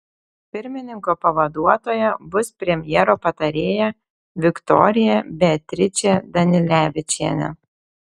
pirmininko pavaduotoja bus premjero patarėja viktorija beatričė danilevičienė